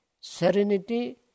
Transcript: Serenity